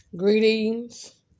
Greetings